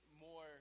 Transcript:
more